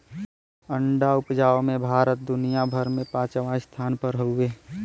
अंडा उपराजे में भारत दुनिया भर में पचवां स्थान पर हउवे